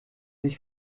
sich